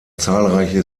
zahlreiche